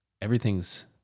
Everything's